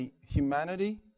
humanity